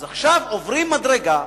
אז עכשיו עוברים מדרגה.